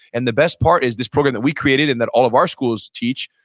and the best part is this program that we created and that all of our schools teach,